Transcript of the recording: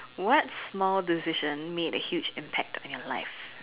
what small decision made a huge impact on your life